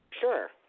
Sure